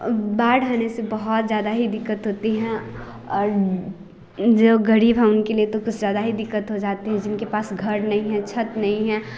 बाढ़ आने से बहुत ज़्यादा ही दिक्कत होती हैं और जो गरीब है उनके लिए तो कुछ ज़्यादा ही दिक्कत हो जाती है जिनके पास घर नहीं है छत नहीं है